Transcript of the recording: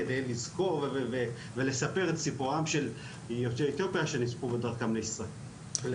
כדי לזכור ולספר את סיפורם של יוצאי אתיופיה שנספו בדרכם לישראל.